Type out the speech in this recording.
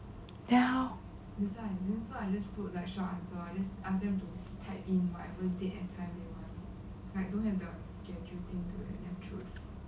then how